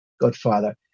Godfather